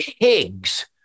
pigs